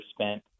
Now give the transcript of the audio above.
spent